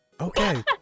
Okay